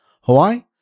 Hawaii